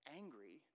angry